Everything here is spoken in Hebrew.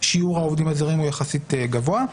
שיעור העובדים הזרים הוא יחסית גבוה.